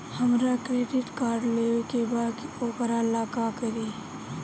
हमरा credit card लेवे के बा वोकरा ला का करी?